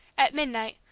at midnight,